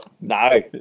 No